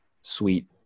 sweet